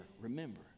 remember